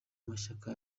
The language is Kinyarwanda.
mashyaka